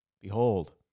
behold